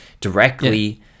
directly